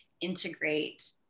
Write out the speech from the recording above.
integrate